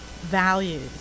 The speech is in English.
values